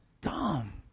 dumb